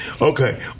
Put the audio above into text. Okay